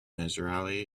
israeli